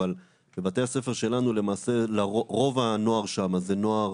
אבל בבתי הספר שלנו למעשה רוב הנוער שם זה נוער